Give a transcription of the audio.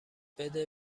بده